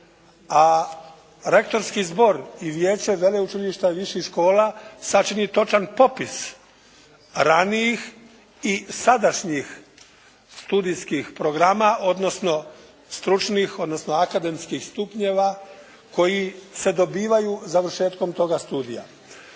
a rektorski zbor i vijeće veleučilišta i viših škola sačini točan popis ranijih i sadašnjih studijskih programa, odnosno stručnih, odnosno akademskih stupnjeva koji se dobivaju završetkom toga studija.